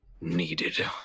needed